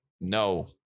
No